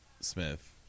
Smith